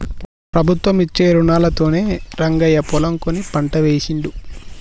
ప్రభుత్వం ఇచ్చే రుణాలతోనే రంగయ్య పొలం కొని పంట వేశిండు